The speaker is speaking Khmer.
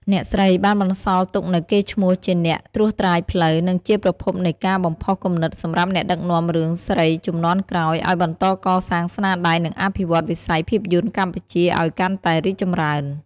អ្នកស្រីបានបន្សល់ទុកនូវកេរ្តិ៍ឈ្មោះជាអ្នកត្រួសត្រាយផ្លូវ និងជាប្រភពនៃការបំផុសគំនិតសម្រាប់អ្នកដឹកនាំរឿងស្រីជំនាន់ក្រោយឱ្យបន្តកសាងស្នាដៃ និងអភិវឌ្ឍវិស័យភាពយន្តកម្ពុជាឱ្យកាន់តែរីកចម្រើន។